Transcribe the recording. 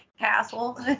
Castle